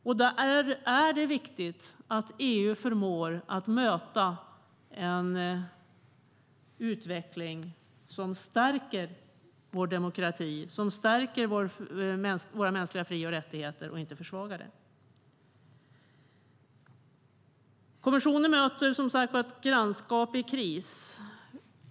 Då är det viktigt att EU förmår möta en utveckling som stärker vår demokrati och som stärker våra mänskliga fri och rättigheter, inte försvagar dem. Kommissionen möter som sagt ett grannskap i kris.